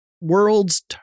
World's